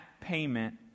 payment